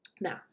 Now